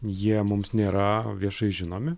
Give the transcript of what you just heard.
jie mums nėra viešai žinomi